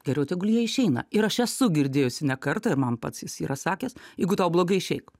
geriau tegul jie išeina ir aš esu girdėjusi ne kartą ir man pats jis yra sakęs jeigu tau blogai išeik